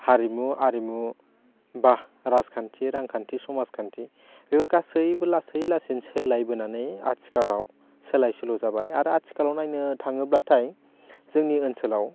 हारिमु आरिमु बा राजखान्थि रांखान्थि समाजखान्थि बेफोर गासैबो लासै लासैनो सोलायबोनानै आथिखालाव सोलाय सोल' जाबाय आरो आथिखालाव नायनो थाङोबाथाय जोंनि ओनसोलाव